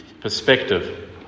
perspective